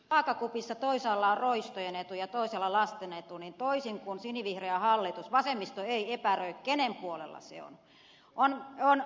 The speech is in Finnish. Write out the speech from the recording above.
kun vaakakupissa toisaalla on roistojen etu ja toisella lasten etu niin toisin kuin sinivihreä hallitus vasemmisto ei epäröi kenen puolella se on